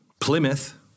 Plymouth